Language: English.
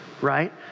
right